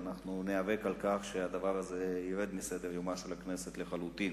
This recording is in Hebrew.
ואנחנו ניאבק על כך שהדבר הזה ירד מסדר-יומה של הכנסת לחלוטין.